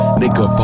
nigga